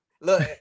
Look